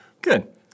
Good